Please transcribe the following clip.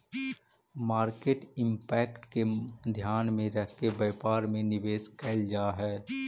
market impact के ध्यान में रखके व्यापार में निवेश कैल जा हई